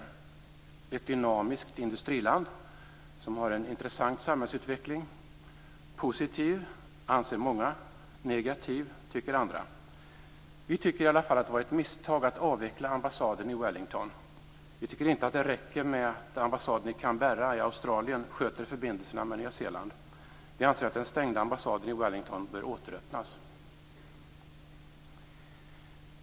Det är ett dynamiskt industriland som har en intressant samhällsutveckling - positiv anser många, negativ tycker andra. Vi tycker i alla fall att det var ett misstag att avveckla ambassaden i Wellington. Vi tycker inte att det räcker med att ambassaden i Canberra i Australien sköter förbindelserna med Nya Zeeland. Vi anser att den stängda ambassaden i Wellington bör återöppnas.